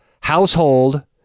household